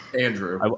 Andrew